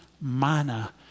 manna